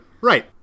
right